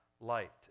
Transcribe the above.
Light